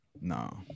No